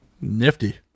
Nifty